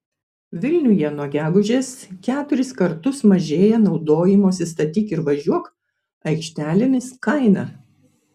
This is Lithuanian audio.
vilniuje nuo gegužės keturis kartus mažėja naudojimosi statyk ir važiuok aikštelėmis kaina